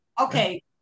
Okay